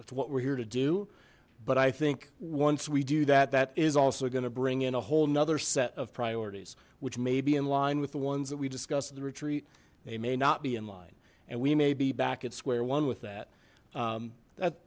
what we're here to do but i think once we do that that is also going to bring in a whole nother set of priorities which may be in line with the ones that we discussed the retreat they may not be in line and we may be back at square one with that that